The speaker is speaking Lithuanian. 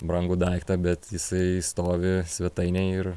brangų daiktą bet jisai stovi svetainėj ir